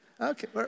Okay